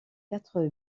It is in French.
quatre